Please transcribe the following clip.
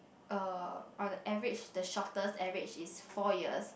uh on the average the shortest average is four years